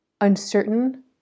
uncertain